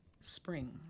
spring